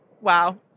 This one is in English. Wow